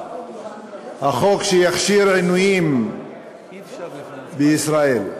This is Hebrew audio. החוק שיכשיר עינויים בישראל,